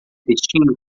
vestindo